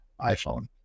iPhone